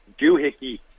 doohickey